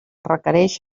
requereix